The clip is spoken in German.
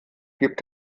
gibt